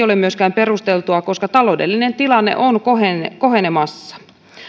ole myöskään perusteltua koska taloudellinen tilanne on kohenemassa